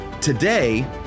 today